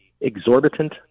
exorbitant